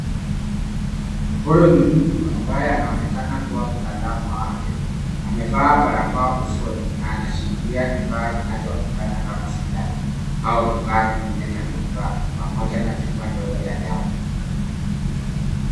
Huyu ni mtu ambaye anaonekana kuwa mtaalamu wa afya, amevaa barakoa usoni na anashikilia kifaa kinachoonekana kama sindano au kifaa kingine cha matibabu pamoja na chupa ndogo ya dawa.